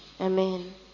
Amen